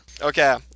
Okay